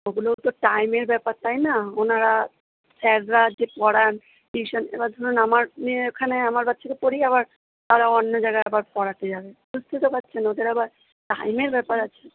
ওগুলোও তো টাইমের ব্যাপার তাই না ওনারা স্যাররা যে পড়ান টিউশান এবার ধরুন আমার মেয়ে ওখানে আমার বাচ্চাকে পড়িয়ে আবার আরও অন্য জায়গায় আবার পড়াতে যাবে বুঝতে তো পারছেন ওদের আবার টাইমের ব্যাপার আছে